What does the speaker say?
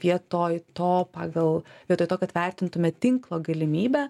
vietoj to pagal vietoj to kad vertintume tinklo galimybę